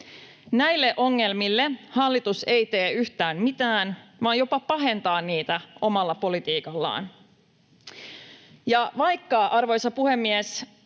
Näille ongelmille hallitus ei tee yhtään mitään vaan jopa pahentaa niitä omalla politiikallaan. Vaikka, arvoisa puhemies,